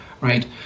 right